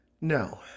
No